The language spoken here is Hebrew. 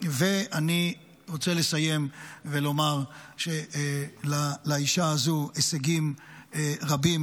ואני רוצה לסיים ולומר שלאישה הזו הישגים רבים.